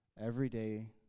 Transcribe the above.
everyday